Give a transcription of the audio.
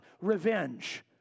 revenge